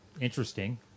interesting